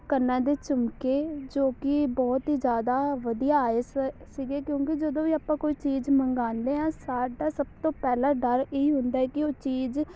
ਕੰਨਾਂ ਦੇ ਝੁਮਕੇ ਜੋ ਕਿ ਬਹੁਤ ਹੀ ਜ਼ਿਆਦਾ ਵਧੀਆ ਆਏ ਸ ਸੀਗੇ ਕਿਉਂਕਿ ਜਦੋਂ ਵੀ ਆਪਾਂ ਕੋਈ ਚੀਜ਼ ਮੰਗਵਾਉਂਦੇ ਹਾਂ ਸਾਡਾ ਸਭ ਤੋਂ ਪਹਿਲਾ ਡਰ ਇਹ ਹੀ ਹੁੰਦਾ ਕਿ ਉਹ ਚੀਜ਼